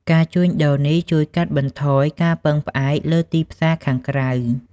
ការជួញដូរនេះជួយកាត់បន្ថយការពឹងផ្អែកលើទីផ្សារខាងក្រៅ។